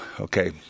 okay